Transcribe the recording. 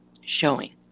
showing